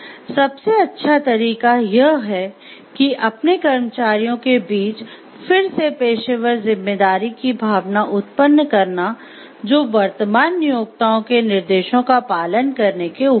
सबसे अच्छा तरीका यह है कि अपने कर्मचारियों के बीच फिर से पेशेवर जिम्मेदारी की भावना उत्पन्न करना जो वर्तमान नियोक्ताओं के निर्देशों का पालन करने के ऊपर है